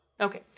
Okay